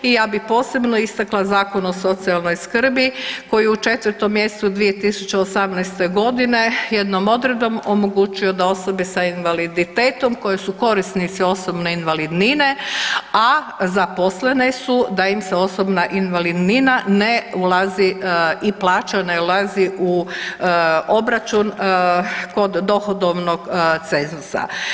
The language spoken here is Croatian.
I ja bi posebno istakla Zakon o socijalnoj skrbi koji je u 4. mjesecu 2018.g. jednom odredbom omogućio da osobe sa invaliditetom koje su korisnici osobne invalidnine, a zaposlene su, da im se osobna invalidnina ne ulazi i plaća ne ulazi u obračun kod dohodovnog cenzusa.